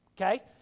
okay